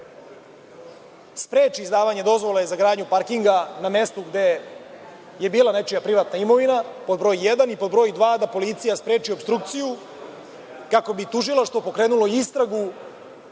spreči izdavanja dozvola za gradnju parkinga na mestu gde je bila nečija privatna imovina, pod broj 1. i pod broj 2, da policija spreči opstrukciju kako bi tužilaštvo pokrenulo istragu,